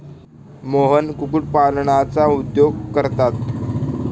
मोहन कुक्कुटपालनाचा उद्योग करतात